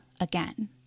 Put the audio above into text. again